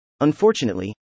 Unfortunately